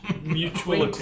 Mutual